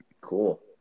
Cool